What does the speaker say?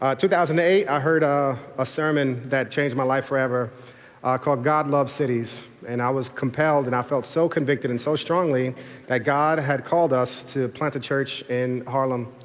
ah two thousand and eight i heard ah a sermon that changed my life forever called god loves cities and i was compelled and i felt so convicted and so strongly that god had called us to plant a church in harlem.